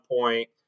point